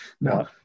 no